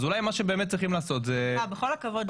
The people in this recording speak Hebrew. אז אולי מה שבאמת צריכים לעשות --- בכל הכבוד,